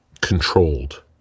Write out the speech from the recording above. controlled